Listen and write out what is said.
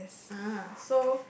ah so